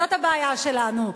זאת הבעיה שלנו.